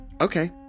Okay